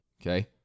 Okay